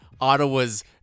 Ottawa's